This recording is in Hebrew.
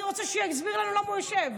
אני רוצה שהוא יסביר לנו למה הוא יושב.